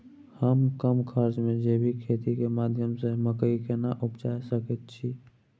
हम कम खर्च में जैविक खेती के माध्यम से मकई केना उपजा सकेत छी?